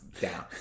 down